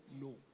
no